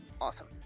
awesome